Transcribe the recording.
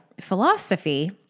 philosophy